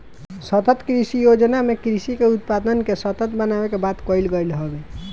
सतत कृषि योजना में कृषि के उत्पादन के सतत बनावे के बात कईल गईल हवे